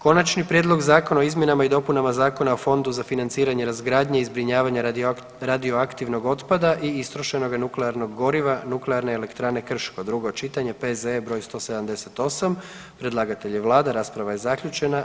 Konačni prijedlog zakona o izmjenama i dopunama Zakona o Fondu za financiranje razgradnje i zbrinjavanja radioaktivnog otpada i istrošenoga nuklearnog goriva Nuklearne elektrane Krško, drugo čitanje, P.Z.E. br. 178, predlagatelj je Vlada, rasprava je zaključena.